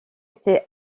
était